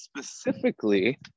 specifically